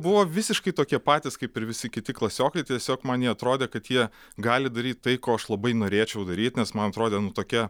buvo visiškai tokie patys kaip ir visi kiti klasiokai tiesiog man jie atrodė kad jie gali daryt tai ko aš labai norėčiau daryt nes man atrodė nu tokia